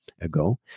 ago